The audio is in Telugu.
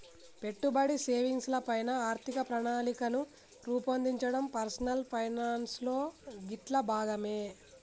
పెట్టుబడి, సేవింగ్స్ ల పైన ఆర్థిక ప్రణాళికను రూపొందించడం పర్సనల్ ఫైనాన్స్ లో గిట్లా భాగమే